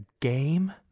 game